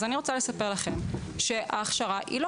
אז אני רוצה לספר לכם שההכשרה היא לא